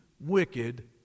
wicked